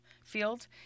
field